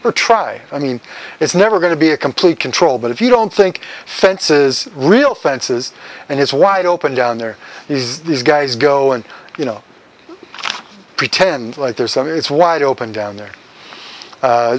or try i mean it's never going to be a complete control but if you don't think fences real fences and his wide open down there is these guys go and you know pretend like they're some it's wide open down there